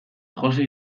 jose